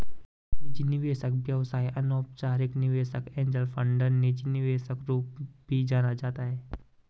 निजी निवेशक व्यवसाय अनौपचारिक निवेशक एंजेल फंडर निजी निवेशक रूप में भी जाना जाता है